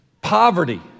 poverty